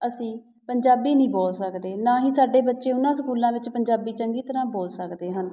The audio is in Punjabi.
ਅਸੀਂ ਪੰਜਾਬੀ ਨਹੀਂ ਬੋਲ ਸਕਦੇ ਨਾ ਹੀ ਸਾਡੇ ਬੱਚੇ ਉਹਨਾਂ ਸਕੂਲਾਂ ਵਿੱਚ ਪੰਜਾਬੀ ਚੰਗੀ ਤਰ੍ਹਾਂ ਬੋਲ ਸਕਦੇ ਹਨ